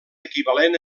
equivalent